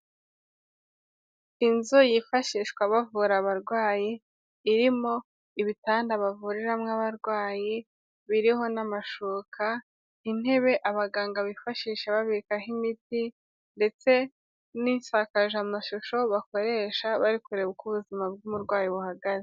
Inzu yifashishwa bavura abarwayi, irimo ibitanda bavuriramo abarwayi biriho n'amashuka, intebe abaganga bifashisha babikaho imiti ndetse n'insakazamashusho bakoresha, bari kureba uko ubuzima bw'umurwayi buhagaze.